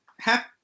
Happy